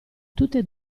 tutte